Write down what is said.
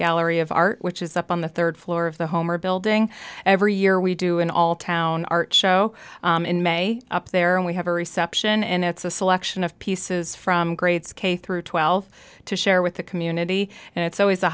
gallery of art which is up on the third floor of the home or building every year we do an all town art show in may up there and we have a reception and it's a selection of pieces from grades k through twelve to share with the community and it's always